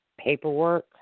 paperwork